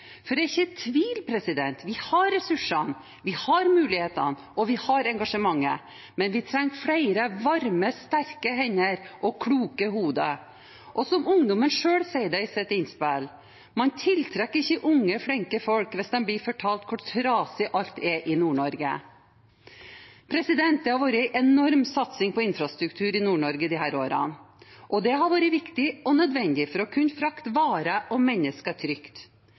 For jeg er ikke i tvil om at vi har ressursene, vi har mulighetene og vi har engasjementet, men vi trenger flere varme, sterke hender og kloke hoder. Og som ungdommene selv sier det i sitt innspill: «Man tiltrekker ikke unge flinke folk hvis de blir fortalt hvor trasig alt er i Nord-Norge.» Det har vært enorm satsing på infrastruktur i Nord-Norge disse årene. Og det har vært viktig og nødvendig for å kunne frakte varer og mennesker trygt.